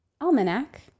almanac